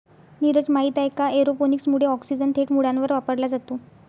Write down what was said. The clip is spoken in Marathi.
नीरज, माहित आहे का एरोपोनिक्स मुळे ऑक्सिजन थेट मुळांवर वापरला जातो